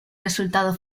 resultado